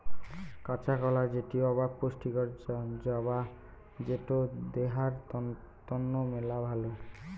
কাঁচা কলা যেটি আক পুষ্টিকর জাবা যেটো দেহার তন্ন মেলা ভালো